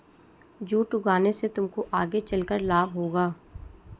jute उगाने से तुमको आगे चलकर लाभ होगा